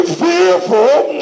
fearful